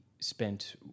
spent